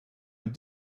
and